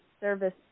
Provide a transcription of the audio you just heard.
service